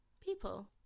people